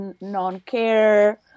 non-care